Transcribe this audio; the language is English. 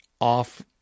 off